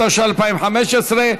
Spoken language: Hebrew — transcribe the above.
התשע"ה 2015,